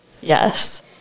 Yes